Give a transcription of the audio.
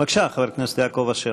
בבקשה, חבר הכנסת יעקב אשר.